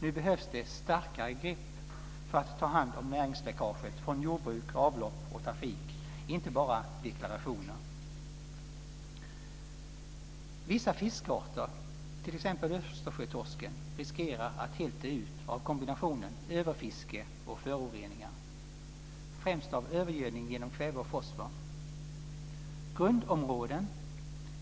Nu behövs det starkare grepp för att ta hand om näringsläckaget från jordbruk, avlopp och trafik, inte bara deklarationer. Vissa fiskarter, t.ex. Östersjötorsken, riskerar att helt dö ut av kombinationen överfiske och föroreningar, främst av övergödning genom kväve och fosfor. Grundområden